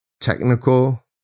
technical